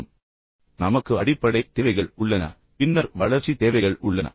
நினைவில் கொள்ளுங்கள் நமக்கு அடிப்படை தேவைகள் உள்ளன பின்னர் வளர்ச்சித் தேவைகள் உள்ளன